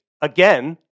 Again